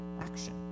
action